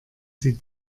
sie